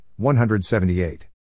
178